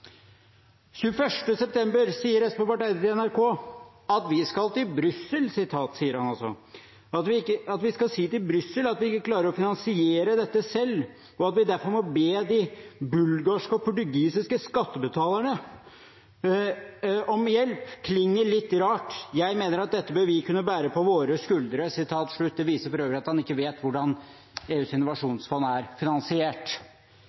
til NRK: «At vi skal si til Brussel at vi ikke klarer å finansiere dette selv, og at vi derfor må be bulgarske og portugisiske skattebetalere om hjelp, klinger litt rart … Jeg mener at dette bør vi kunne bære på våre skuldre.» Det viser for øvrig at han ikke vet hvordan EUs